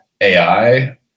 ai